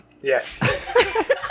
Yes